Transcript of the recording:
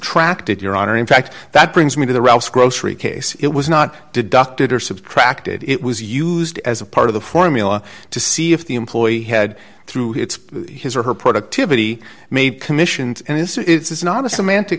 subtracted your honor in fact that brings me to the ralph's grocery case it was not deducted or subtracted it was used as a part of the formula to see if the employee had through it's his or her productivity made commissions and it's not a semant